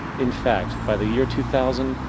in fact, by the year two thousand,